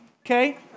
okay